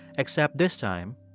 except this time,